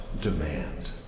demand